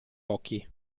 occhi